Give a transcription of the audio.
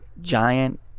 giant